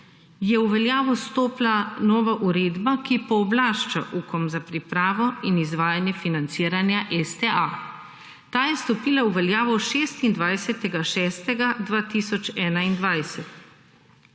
je v veljavo stopila nova uredba, ki pooblašča Ukom za pripravo in izvajanje financiranja STA. Ta je stopila v veljavo 26. 6. 2021.